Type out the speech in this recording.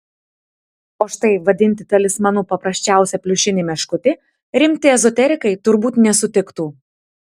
o štai vadinti talismanu paprasčiausią pliušinį meškutį rimti ezoterikai turbūt nesutiktų